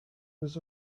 was